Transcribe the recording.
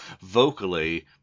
Vocally